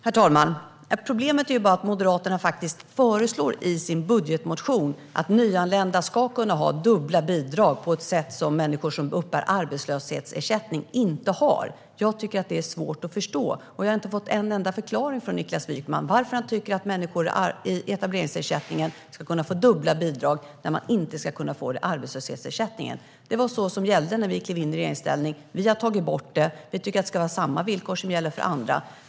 Herr talman! Problemet är att Moderaterna faktiskt i sin budgetmotion föreslår att nyanlända ska kunna ha dubbla bidrag på ett sätt som människor som uppbär arbetslöshetsersättning inte har. Jag tycker att det är svårt att förstå, och jag har inte fått en enda förklaring från Niklas Wykman till varför han tycker att människor med etableringsersättning ska kunna få dubbla bidrag när människor med arbetslöshetsersättning inte ska kunna få det. Det var det som gällde när vi klev in i regeringsställning. Vi har tagit bort denna möjlighet till dubbla bidrag. Vi tycker att det ska vara samma villkor som gäller för andra.